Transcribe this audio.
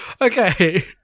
Okay